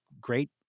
great